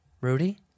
Rudy